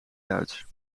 duits